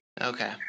Okay